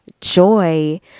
joy